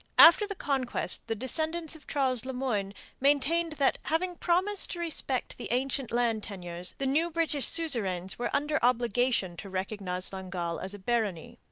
after the conquest the descendants of charles le moyne maintained that, having promised to respect the ancient land tenures, the new british suzerains were under obligation to recognize longueuil as a barony.